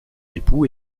époux